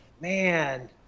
man